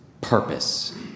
purpose